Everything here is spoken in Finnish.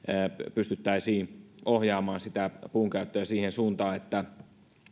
pystyttäisiin ohjaamaan puunkäyttöä siihen suuntaan että